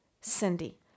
Cindy